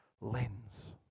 lens